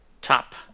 Top